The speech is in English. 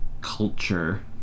culture